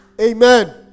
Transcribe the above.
Amen